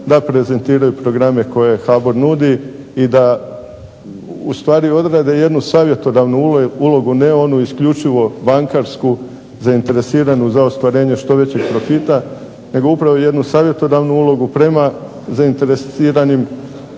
da prezentiraju programe koje HBOR nudi i da u stvari odrade jednu savjetodavnu ulogu ne onu isključivo bankarsku zainteresiranu za ostvarenje što većeg profita nego upravo jednu savjetodavnu ulogu prema zainteresiranim